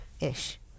Ish